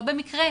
לא במקרה,